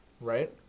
right